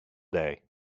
day